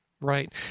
Right